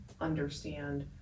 understand